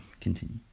continue